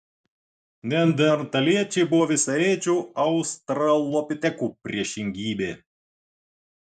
neandertaliečiai buvo visaėdžių australopitekų priešingybė